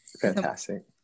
fantastic